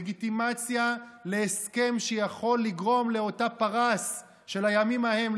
לגיטימציה להסכם שיכול לגרום לאותה פרס של הימים ההם,